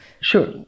Sure